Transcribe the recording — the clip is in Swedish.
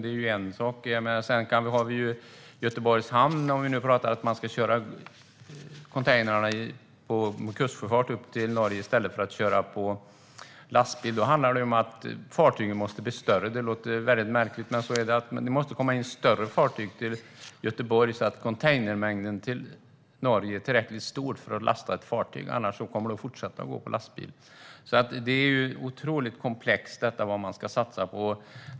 Det är en sak. Men vi har också Göteborgs hamn. Om man ska köra containrarna med kustsjöfart till Norge i stället för på lastbil måste fartygen bli större. Det låter märkligt. Men det måste komma in större fartyg till Göteborg så att containermängden till Norge blir tillräckligt stor. Annars kommer det att fortsätta gå på lastbil. Vad man ska satsa på är alltså otroligt komplext.